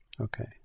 Okay